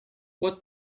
what